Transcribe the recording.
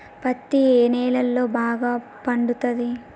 పత్తి ఏ నేలల్లో బాగా పండుతది?